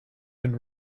been